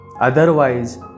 otherwise